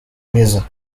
mesa